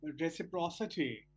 reciprocity